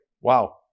Wow